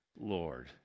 Lord